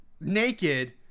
naked